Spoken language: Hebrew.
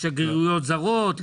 לשגרירויות זרות,